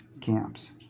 camps